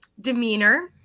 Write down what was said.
demeanor